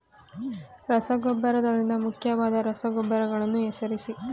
ರಸಗೊಬ್ಬರದಲ್ಲಿನ ಮುಖ್ಯವಾದ ರಸಗೊಬ್ಬರಗಳನ್ನು ಹೆಸರಿಸಿ?